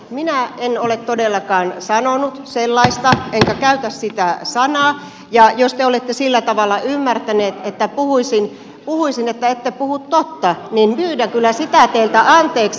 minä en ole todellakaan sanonut sellaista enkä käytä sitä sanaa ja jos te olette sillä tavalla ymmärtänyt että puhuisin että ette puhu totta niin pyydän kyllä sitä teiltä anteeksi